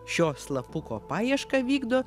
šio slapuko paiešką vykdo